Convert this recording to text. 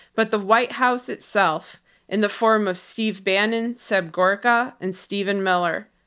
but the white house itself in the form of steve bannon, seb gorka, and steven miller.